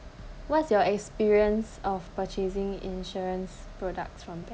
what's your experience of purchasing insurance products from bank